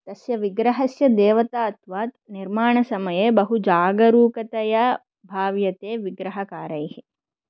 तस्य विग्रहस्य देवतात्वात् निर्माणसमये बहुजागरूकतया भाव्यते विग्रहकारैः